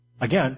again